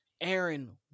Aaron